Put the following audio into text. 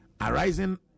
arising